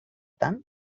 tant